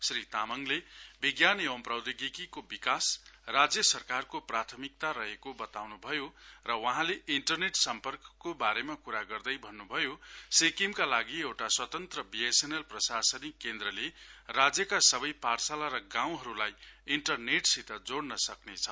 श्री तामाङले विज्ञान एंव प्रौधोगिकीको विकास राज्य सरकारको प्रथामिक रहेको बताउँनु भयो र वहाँले इन्टरनेट सम्पर्कको बारे कुरा गर्दै भन्नुभयो सिक्किमका लागी एउटा स्वतन्त्र बीएसएनएल प्रशासनिक केन्द्रले राज्यका सबै पाठशाला र गाँउहरुलाई इन्टरनेट सित जोड़न सक्रेछ